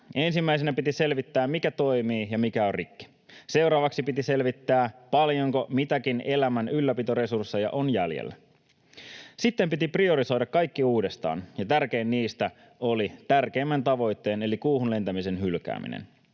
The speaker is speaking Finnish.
Ensimmäisenä piti selvittää, mikä toimii ja mikä on rikki. Seuraavaksi piti selvittää, paljonko mitäkin elämän ylläpitoresursseja on jäljellä. Sitten piti priorisoida kaikki uudestaan, ja tärkein niistä oli tärkeimmän tavoitteen eli kuuhun lentämisen hylkääminen.